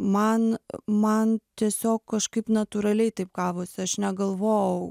man man tiesiog kažkaip natūraliai taip gavosi aš negalvoau